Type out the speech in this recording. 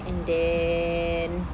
and then